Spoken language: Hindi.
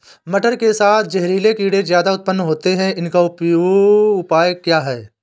मटर के साथ जहरीले कीड़े ज्यादा उत्पन्न होते हैं इनका उपाय क्या है?